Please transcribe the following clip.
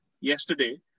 yesterday